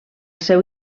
seu